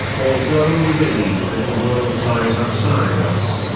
although we believe that the world lies outside us,